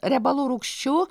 riebalų rūgščių